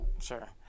sure